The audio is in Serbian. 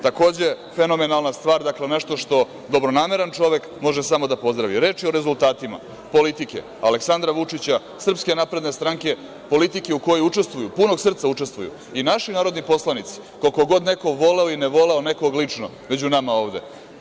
Takođe, fenomenalna stvar, dakle nešto što dobronameran čovek može samo da pozdravi, reč je o rezultatima politike Aleksandra Vučića, SNS, politike u kojoj učestvuju punog srca i naši narodni poslanici, koliko god neko voleo ili ne voleo nekog lično među nama ovde.